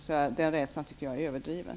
Börje Nilssons rädsla är därför överdriven.